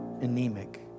anemic